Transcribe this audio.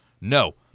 no